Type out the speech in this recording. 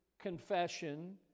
confession